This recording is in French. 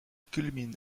culmine